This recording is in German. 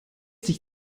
dich